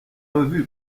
revu